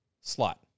slot